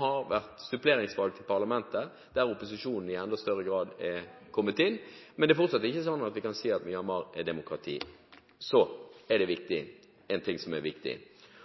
har vært suppleringsvalg til parlamentet, der opposisjonen i enda større grad er kommet til. Men vi kan fortsatt ikke si at Myanmar er et demokrati. Så er det en ting som er viktig: